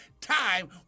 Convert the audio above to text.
time